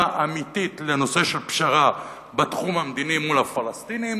אמיתית לנושא של פשרה בתחום המדיני מול הפלסטינים,